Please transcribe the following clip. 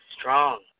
strong